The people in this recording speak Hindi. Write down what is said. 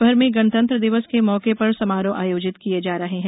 देशभर में गणतंत्र दिवस के मौके पर समारोह आयोजित किये जा रहे हैं